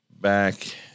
back